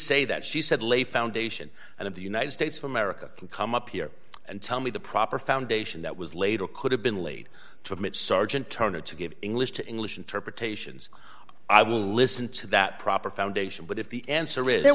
say that she said lay foundation and of the united states of america can come up here and tell me the proper foundation that was later could have been laid to admit sergeant turner to give english to english interpretations i will listen to that proper foundation but i